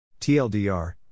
TLDR